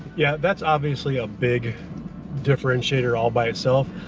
yeah, that's obviously a big differentiator all by itself.